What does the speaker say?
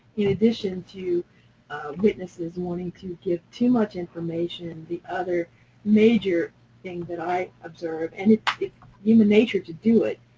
in addition to witnesses wanting to give too much information, the other major thing that i observe, and it's human nature to do it,